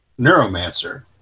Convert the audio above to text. Neuromancer